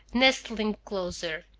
nestling closer.